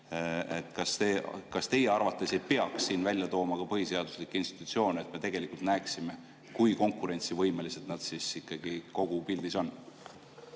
Kas teie arvates ei peaks selles aruandes välja tooma ka põhiseaduslikke institutsioone, et me tegelikult näeksime, kui konkurentsivõimelised need ikkagi kogupildis on?